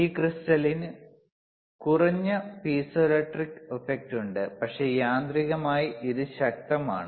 ഈ ക്രിസ്റ്റലിന് കുറഞ്ഞ പീസോ ഇലക്ട്രിക് എഫക്ട് ഉണ്ട് പക്ഷേ യാന്ത്രികമായി ഇത് ശക്തമാണ്